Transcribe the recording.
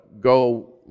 go